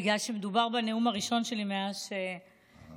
בגלל שמדובר בנאום הראשון שלי מאז שהושבעתי,